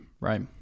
right